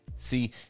See